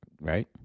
right